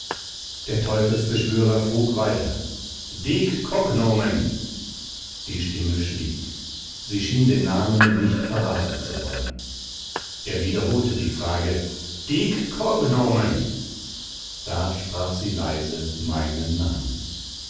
der teufelsbeschwörer frug weiter dic cognomen die stimme schwieg sie schien den namen nicht verraten zu wollen er wiederholte die frage die cognomen da sprach sie leise meinen namen